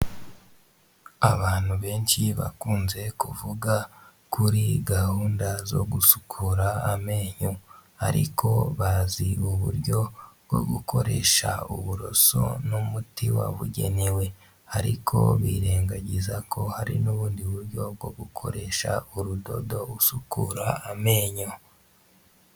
Abantu benshi bakunze kuvuga kuri gahunda zo gusukura amenyo, ariko bazi uburyo bwo gukoresha uburoso n'umuti wabugenewe, ariko birengagiza ko hari n'ubundi buryo bwo gukoresha urudodo usukura amenyo.